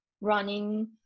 running